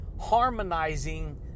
harmonizing